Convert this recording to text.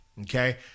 Okay